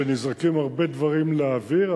שנזרקים הרבה דברים לאוויר,